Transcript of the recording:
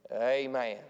amen